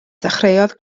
dechreuodd